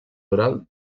oral